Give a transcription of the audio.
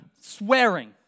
swearing